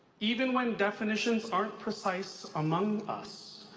even when definitions aren't precise among us,